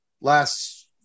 last